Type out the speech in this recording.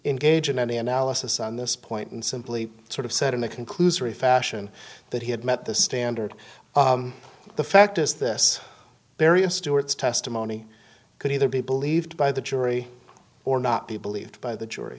engage in any analysis on this point and simply sort of said in a conclusory fashion that he had met this standard the fact is this various stewart's testimony could either be believed by the jury or not be believed by the jury